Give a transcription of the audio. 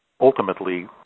ultimately